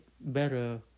better